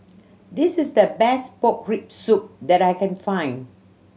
this is the best pork rib soup that I can find